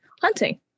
hunting